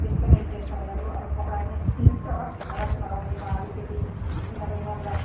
त्यस्तोमा इन्ट्रेस्ट छ उनीहरू अरू कपडा पनि टडक झडक लगाउनेमा अलिकति यिनीहरू मतलब